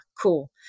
Cool